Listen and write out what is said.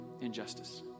Injustice